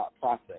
process